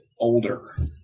older